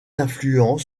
influence